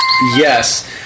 Yes